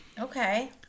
Okay